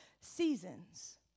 Seasons